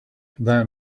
that